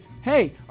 hey